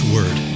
Word